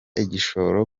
igishoro